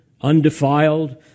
undefiled